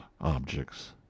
objects